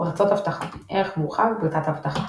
פרצות אבטחה ערך מורחב – פרצת אבטחה